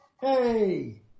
Hey